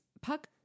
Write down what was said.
Puck